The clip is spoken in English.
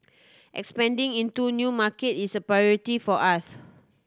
expanding into new market is a priority for us